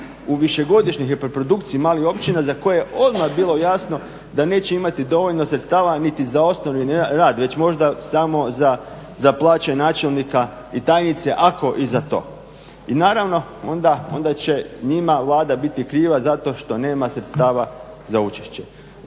u višegodišnjoj hiperprodukciji malih općina za koje je odmah bilo jasno da neće imati dovoljno sredstava niti za osnovni rad, već možda samo za plaće načelnika i tajnice, ako i za to. I naravno, onda će njima Vlada biti kriva zato što nema sredstava za učešće.